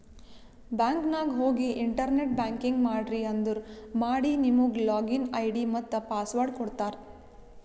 bank ನಾಗ್ ಹೋಗಿ internet banking ಮಾಡ್ರಿ ಅಂದುರ್ ಮಾಡಿ ನಿಮುಗ್ ಲಾಗಿನ್ ಐ.ಡಿ ಮತ್ತ ಪಾಸ್ವರ್ಡ್ ಕೊಡ್ತಾರ್